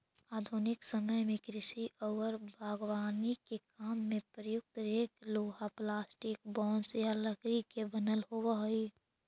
आधुनिक समय में कृषि औउर बागवानी के काम में प्रयुक्त रेक लोहा, प्लास्टिक, बाँस या लकड़ी के बनल होबऽ हई